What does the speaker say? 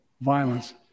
violence